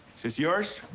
this yours?